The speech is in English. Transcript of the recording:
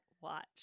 watch